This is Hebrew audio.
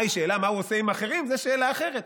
השאלה מה הוא עושה עם אחרים זו שאלה אחרת,